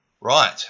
Right